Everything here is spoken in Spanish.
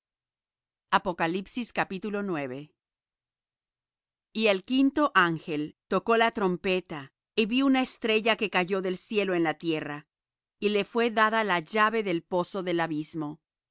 de tocar y el quinto ángel tocó la trompeta y vi una estrella que cayó del cielo en la tierra y le fué dada la llave del pozo del abismo